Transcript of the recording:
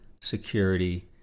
security